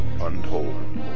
untold